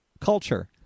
culture